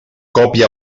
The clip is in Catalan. còpia